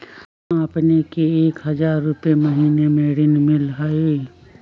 हां अपने के एक हजार रु महीने में ऋण मिलहई?